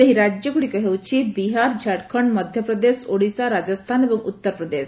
ସେହି ରାଜ୍ୟଗ୍ରଡ଼ିକ ହେଉଛି ବିହାର ଝାଡ଼ଖଣ୍ଡ ମଧ୍ୟପ୍ରଦେଶ ଓଡ଼ିଶା ରାଜସ୍ଥାନ ଏବଂ ଉତ୍ତର ପ୍ରଦେଶ